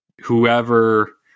whoever –